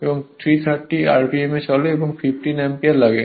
এটি 300 rpm এ চলে এবং 15 অ্যাম্পিয়ার লাগে